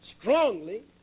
strongly